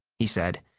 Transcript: he said.